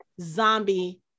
zombie